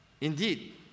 Indeed